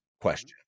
question